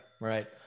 right